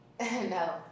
No